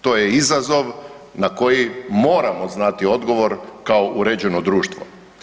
To je izazov na koji moramo znati odgovor kao uređeno društvo.